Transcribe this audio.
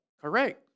Correct